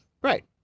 Right